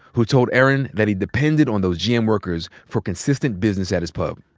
who told erin that he depended on those gm workers for consistent business at his pub.